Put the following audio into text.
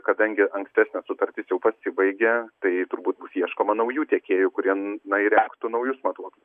kadangi ankstesnė sutartis jau pasibaigė tai turbūt bus ieškoma naujų tiekėjų kurie na įrengtų naujus matuoklius